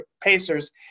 Pacers